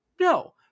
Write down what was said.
No